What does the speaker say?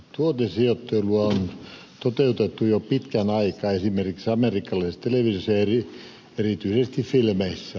tuotesijoittelua on toteutettu jo pitkän aikaa esimerkiksi amerikkalaisessa televisiossa ja erityisesti filmeissä